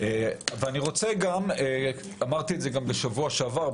יש מתים, יש פליטים.